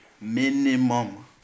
minimum